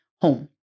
home